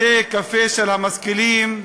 בתי-קפה של המשכילים.